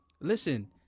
Listen